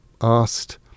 asked